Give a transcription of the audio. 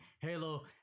Halo